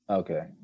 okay